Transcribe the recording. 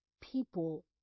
people